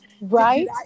Right